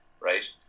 right